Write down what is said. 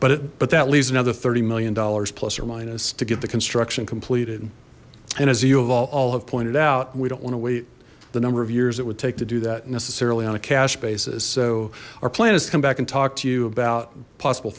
but it but that leaves another thirty million dollars plus or minus to get the construction completed and as you of all have pointed out we don't want to wait the number of years it would take to do that necessarily on a cash basis so our plan is to come back and talk to you about possible